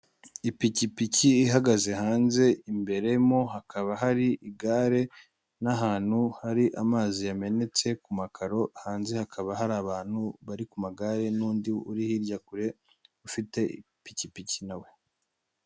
Ipikipiki ihagaze hanze imbere mo hakaba hari igare, n'ahantu hari amazi yamenetse ku makaro hanze hakaba hari abantu bari ku magare n'undi uri hirya kure ufite ipikipiki na we.